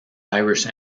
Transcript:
irish